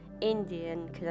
Indian